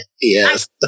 Yes